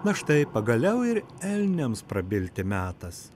na štai pagaliau ir elniams prabilti metas